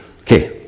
okay